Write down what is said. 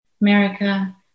America